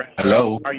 Hello